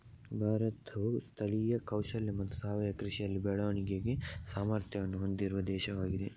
ಭಾರತವು ಸ್ಥಳೀಯ ಕೌಶಲ್ಯ ಮತ್ತು ಸಾವಯವ ಕೃಷಿಯಲ್ಲಿ ಬೆಳವಣಿಗೆಗೆ ಸಾಮರ್ಥ್ಯವನ್ನು ಹೊಂದಿರುವ ದೇಶವಾಗಿದೆ